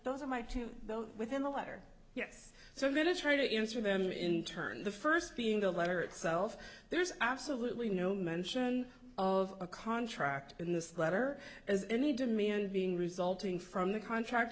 those are my two though within the letter yes so i'm going to try to answer them in turn the first being the letter itself there's absolutely no mention of a contract in this letter as any demand being resulting from the contract